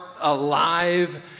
alive